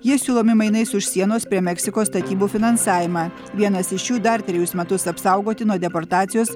jie siūlomi mainais už sienos prie meksikos statybų finansavimą vienas iš jų dar trejus metus apsaugoti nuo deportacijos